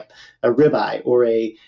ah a rib eye or a